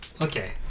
okay